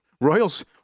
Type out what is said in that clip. Royals